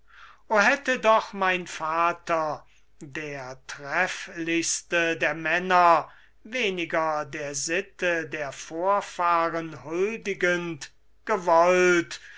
hätte doch mein vater der trefflichste der männer weniger der sitte der vorfahren huldigend gewollt